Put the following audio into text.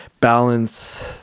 balance